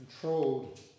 controlled